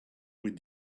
with